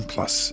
Plus